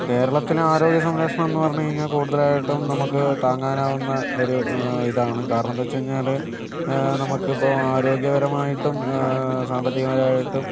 കേരളത്തിന് ആരോഗ്യ സംരക്ഷണം എന്ന് പറഞ്ഞ് കഴിഞ്ഞാൽ കൂടുതലായിട്ടും നമുക്ക് താങ്ങാനാവുന്ന ഒരു ഇതാണ് കാരണം എന്താന്നുവെച്ചുകഴിഞ്ഞാൽ നമ്മൾക്കിപ്പം ആരോഗ്യപരമായിട്ടും സമ്പത്തികപരമായിട്ടും